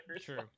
true